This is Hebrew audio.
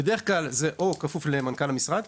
בדרך כלל זה כפוף למנכ"ל המשרד,